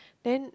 then